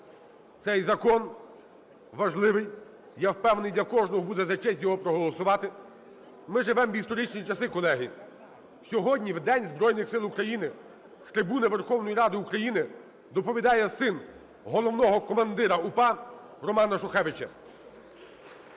Цей закон важливий, я впевнений, для кожного буде за честь його проголосувати. Ми живемо в історичні часи, колеги. Сьогодні, в День Збройних Сил України, з трибуни Верховної Ради України доповідає син головного командира УПА Романа Шухевича.